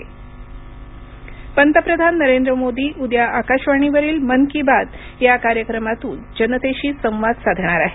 मन की बात पंतप्रधान नरेंद्र मोदी उद्या आकाशवाणीवरील मन की बात या कार्यक्रमातून जनतेशी संवाद साधणार आहेत